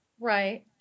Right